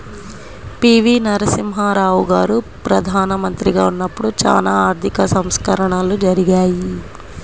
పి.వి.నరసింహారావు గారు ప్రదానమంత్రిగా ఉన్నపుడు చానా ఆర్థిక సంస్కరణలు జరిగాయి